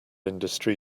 industry